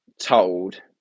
told